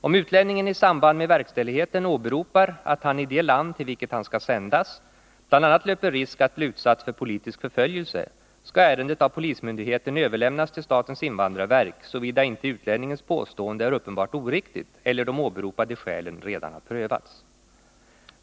Om utlänningen i samband med verkställigheten åberopar att han i det land till vilket han skall sändas bl, a. löper risk att bli utsatt för politisk förföljelse, skall ärendet av polismyndigheten överlämnas till statens invandrarverk, såvida inte utlänningens påstående är uppenbart oriktigt eller de åberopade skälen redan har prövats.